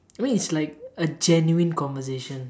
the way it's like a genuine conversation